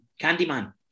Candyman